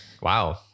Wow